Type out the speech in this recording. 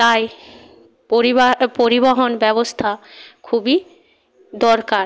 তাই পরিবার পরিবহন ব্যবস্থা খুবই দরকার